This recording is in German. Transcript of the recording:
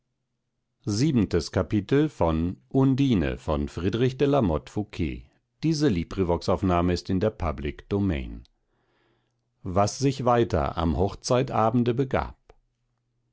kapitel was sich weiter am hochzeitabende begab